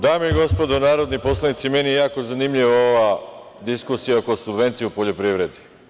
Dame i gospodo narodni poslanici, meni je jako zanimljiva ova diskusija oko subvencija u poljoprivredi.